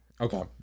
Okay